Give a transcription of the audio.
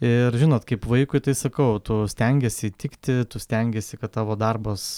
ir žinot kaip vaikui tai sakau tu stengiesi įtikti tu stengiesi kad tavo darbas